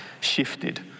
shifted